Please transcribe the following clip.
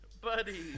Buddy